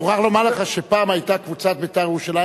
אני מוכרח לומר לך שפעם היתה קבוצת "בית"ר ירושלים",